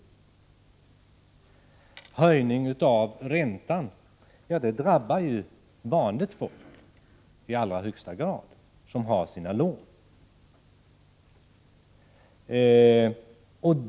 En höjning av räntan drabbar i allra högsta grad vanligt folk som har lån.